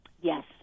Yes